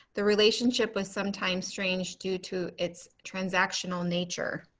the relationship was sometimes strange due to its transactional nature.